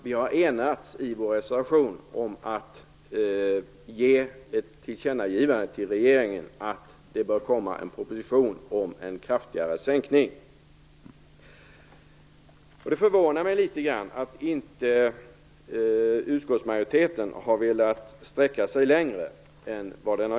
Vi har i vår reservation enats om ett tillkännagivande till regeringen om att det bör komma en proposition om en kraftigare sänkning. Det förvånar mig litet grand att inte utskottsmajoriteten har velat sträcka sig längre.